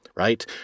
Right